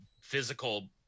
physical